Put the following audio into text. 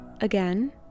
again